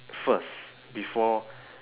first before